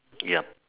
ya